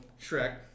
Shrek